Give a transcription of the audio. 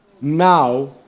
Now